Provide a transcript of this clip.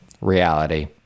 reality